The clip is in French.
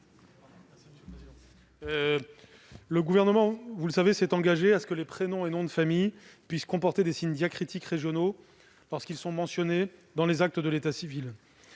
Le Gouvernement s'est engagé à ce que les prénoms et noms de famille puissent comporter des signes diacritiques régionaux lorsqu'ils sont mentionnés dans les actes de l'état civil.